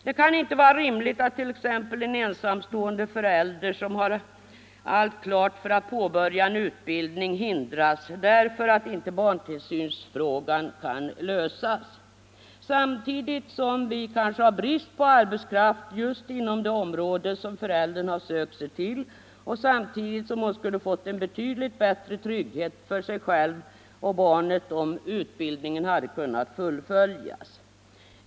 Det kan inte vara rimligt att t.ex. en ensamstående förälder som har allt klart för att påbörja en utbildning hindras därför att inte barntillsynsfrågan kan lösas, samtidigt som vi kanske har brist på arbetskraft just inom det område som vederbörande sökt sig till och samtidigt som hon skulle ha fått en betydligt bättre trygghet för sig själv och barnet om utbildningen kunnat fullföljas.